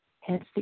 Hence